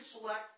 select